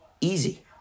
easy